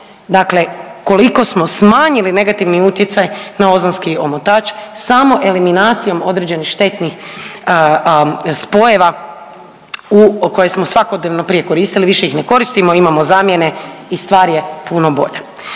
Dakle, koliko smo smanjili negativni utjecaj na ozonski omotač samo eliminacijom određenih štetnih spojeva u koje smo svakodnevno prije koristili, više ih ne koristimo, imamo zamjene i stvar je puno bolja.